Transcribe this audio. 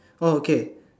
oh okay